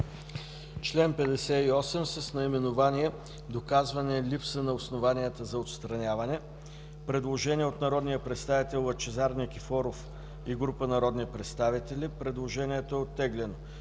Член 58 с наименование „Доказване липса на основания за отстраняване”. Има предложение от народния представител Лъчезар Никифоров и група народни представители, което е оттеглено.